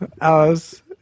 Alice